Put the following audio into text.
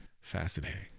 Fascinating